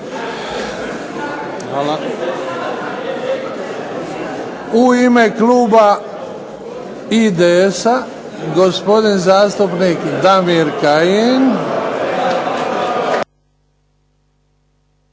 (HDZ)** U ime Kluba IDS-a gospodin zastupnik Damir Kajin.